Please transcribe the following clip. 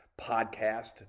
podcast